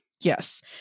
yes